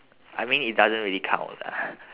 I mean it doesn't really count lah